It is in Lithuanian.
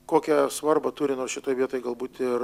kokią svarbą turi nors šitoj vietoj galbūt ir